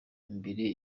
imbere